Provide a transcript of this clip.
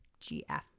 GF